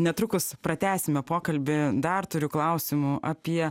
netrukus pratęsime pokalbį dar turiu klausimų apie